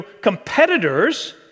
competitors